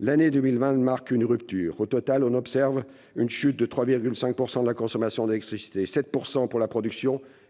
l'année 2020 marque une rupture ». Au total, on observe une chute de 3,5 % de la consommation d'électricité, 7 % pour sa production